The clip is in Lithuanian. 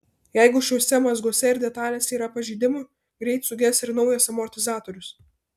jeigu šiuose mazguose ir detalėse yra pažeidimų greit suges ir naujas amortizatorius